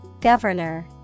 Governor